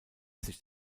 sich